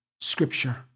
scripture